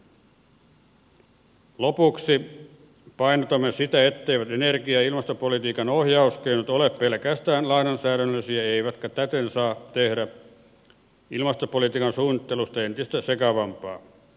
lopuksi painotamme sitä etteivät energia ja ilmastopolitiikan ohjauskeinot ole pelkästään lainsäädännöllisiä eivätkä täten saa tehdä ilmastopolitiikan suunnittelusta entistä sekavampaa